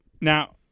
Now